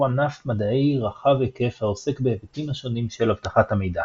ענף מדעי רחב היקף העוסק בהיבטים השונים של אבטחת המידע,